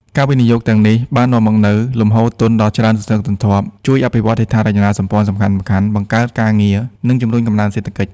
ការវិនិយោគទាំងនេះបាននាំមកនូវលំហូរទុនដ៏ច្រើនសន្ធឹកសន្ធាប់ ជួយអភិវឌ្ឍហេដ្ឋារចនាសម្ព័ន្ធសំខាន់ៗ បង្កើតការងារ និងជំរុញកំណើនសេដ្ឋកិច្ច។